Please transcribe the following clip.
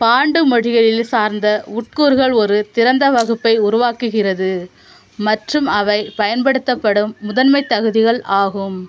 bond மொழிகளில் சார்ந்த உட்கூறுகள் ஒரு திறந்த வகுப்பை உருவாக்குகிறது மற்றும் அவை பயன்படுத்தப்படும் முதன்மை தகுதிகள் ஆகும்